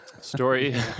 Story